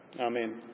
Amen